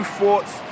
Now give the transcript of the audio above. Thoughts